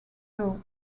though